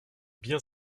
bien